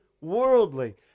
worldly